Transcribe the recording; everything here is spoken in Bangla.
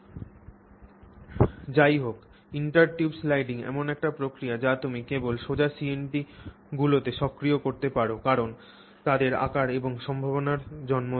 Thank you যাইহোক ইন্টারটিউব স্লাইডিং এমন একটি প্রক্রিয়া যা তুমি কেবল সোজা CNTগুলিতে সক্রিয় করতে পার কারণ তাদের আকার এই সম্ভাবনার জন্ম দেয়